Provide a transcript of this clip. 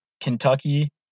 Kentucky